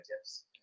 tips